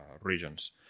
regions